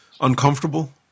uncomfortable